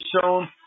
shown